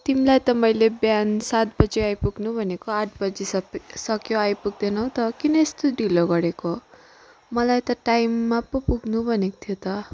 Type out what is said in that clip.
तिमीलाई त मैले बिहान सात बजे आइपुग्नु भनेको आठ बजी सक्यो आइपुग्दैनौ त किन यस्तो ढिलो गरेको मलाई त टाइममा पो पुग्नु भनेको थियो त